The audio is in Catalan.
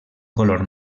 color